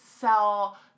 sell